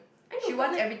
I know but like